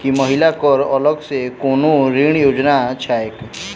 की महिला कऽ अलग सँ कोनो ऋण योजना छैक?